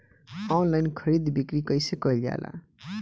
Online खरीद बिक्री कइसे कइल जाला?